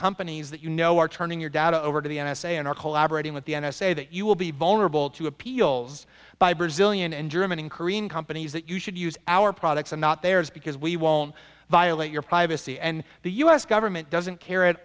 companies that you know are turning your data over to the n s a and are collaborating with the n s a that you will be vulnerable to appeals by brazilian and german korean companies that you should use our products and not theirs because we won't violate your privacy and the u s government doesn't care at